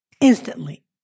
instantly